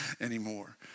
anymore